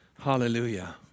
Hallelujah